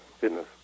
fitness